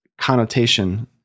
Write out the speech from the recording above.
connotation